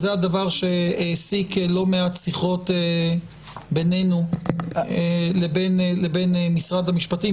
זה הדבר שהעסיק לא מעט שיחות בינינו לבין משרד המשפטים.